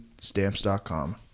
Stamps.com